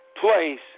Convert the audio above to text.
place